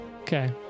Okay